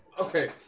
okay